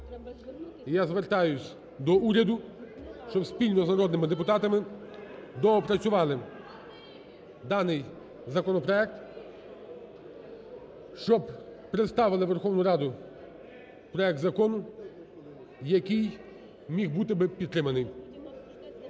Я звертаюсь до уряду, щоб спільно з народними депутатами доопрацювали даний законопроект, щоб представили у Верховну Раду проект закону, який міг бути би підтриманий.